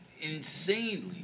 insanely